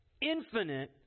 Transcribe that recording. infinite